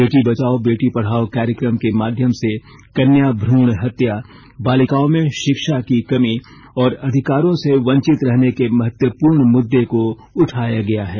बेटी बचाओ बेटी पढाओ कार्यक्रम के माध्यम से कन्या भ्रण हत्या बालिकाओं में शिक्षा की कमी और अधिकारों से वंचित रहने के महत्वापूर्ण मुद्दे को उठाया गया है